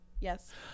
Yes